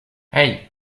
hey